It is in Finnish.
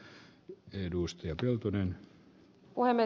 arvoisa puhemies